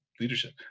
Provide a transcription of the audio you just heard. leadership